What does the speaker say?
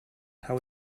how